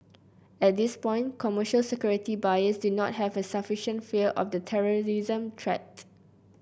at this point commercial security buyers do not have a sufficient fear of the terrorism threat